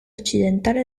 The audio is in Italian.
occidentale